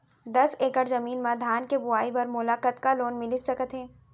दस एकड़ जमीन मा धान के बुआई बर मोला कतका लोन मिलिस सकत हे?